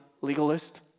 legalist